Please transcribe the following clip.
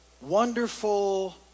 wonderful